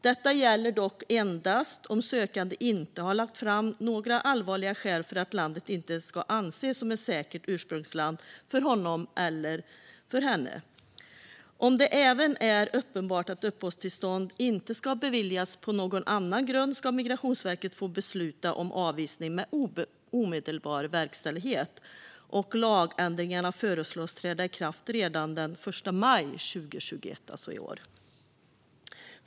Detta gäller dock endast om sökanden inte har lagt fram några allvarliga skäl för att landet inte ska anses som ett säkert ursprungsland för honom eller henne. Om det även är uppenbart att uppehållstillstånd inte ska beviljas på någon annan grund ska Migrationsverket få besluta om avvisning med omedelbar verkställighet. Lagändringarna föreslås träda i kraft redan den 1 maj 2021 - alltså i år.